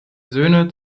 söhne